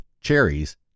cherries